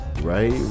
right